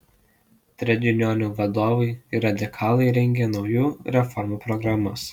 tredjunionų vadovai ir radikalai rengė naujų reformų programas